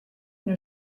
une